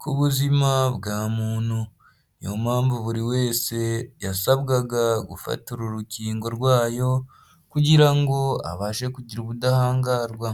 ku buzima bwa muntu, niyo mpamvu buri wese yasabwaga gufatara uru rukingo rwayo kugira ngo abashe kugira ubudahangarwa.